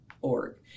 org